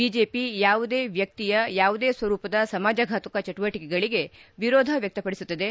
BJP ಯಾವುದೇ ವ್ಯಕ್ತಿಯ ಯಾವುದೇ ಸ್ವರೂಪದ ಸಮಾಜಘಾತುಕ ಚಟುವಟಿಕೆಗಳಿಗೆ ವಿರೋಧ ವ್ಯಕ್ತಪಡಿಸುತ್ತದೆ